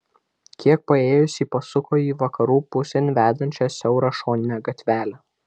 kiek paėjus ji pasuko į vakarų pusėn vedančią siaurą šoninę gatvelę